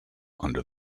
under